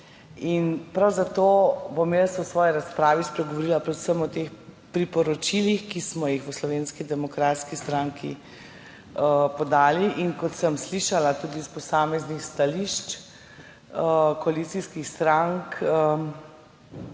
In prav zato bom jaz v svoji razpravi spregovorila predvsem o teh priporočilih, ki smo jih v Slovenski demokratski stranki podali in, kot sem slišala tudi iz posameznih stališč koalicijskih strank,